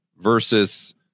versus